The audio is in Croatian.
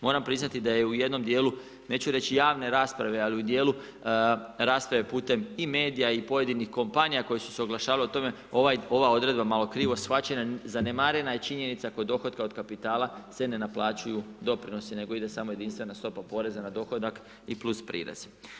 Moram priznati da je u jednom dijelu, neću reći javne rasprave, ali u dijelu, rasprave putem i medija i pojedinih kompanija, koje su se oglašavali o tome, ova odredba malo krivo shvaćena, zanemariva je činjenica kod dohotka od kapitala se ne naplaćuju doprinosi nego ide samo jedinstvena stopa poreza na dohodak i plus prirez.